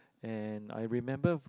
and I remember